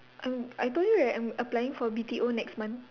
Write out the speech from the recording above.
um I told you right I'm applying for B_T_O next month